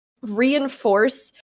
reinforce